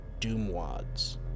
Doomwads